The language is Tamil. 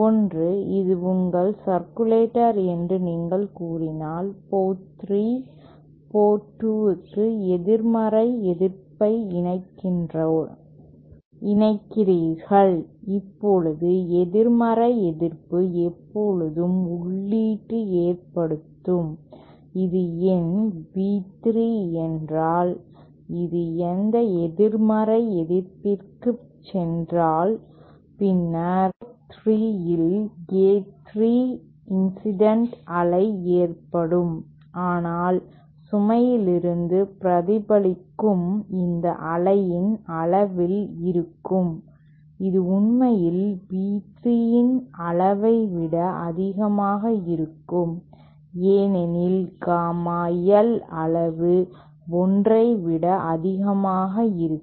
ஒன்று இது உங்கள் சர்க்குலேட்டர் என்று நீங்கள் கூறினால் போர்ட் 3 போர்ட் 2க்கு எதிர்மறை எதிர்ப்பை இணைக்கிறீர்கள் இப்போது எதிர்மறை எதிர்ப்பு எப்போதுமே உள்ளீடு ஏற்படுத்தும் இது என் B 3 என்றால் இது இந்த எதிர்மறை எதிர்ப்பிற்கு சென்றால் பின்னர் போர்ட் 3 இல் A3 இன்சிடென்ட் அலை ஏற்படும் ஆனால் சுமையிலிருந்து பிரதிபலிக்கும் இந்த அலையின் அளவில் இருக்கும்இது உண்மையில் B3 இன் அளவை விட அதிகமாக இருக்கும் ஏனெனில் காமா L அளவு 1 ஐ விட அதிகமாக இருக்கும்